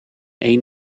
één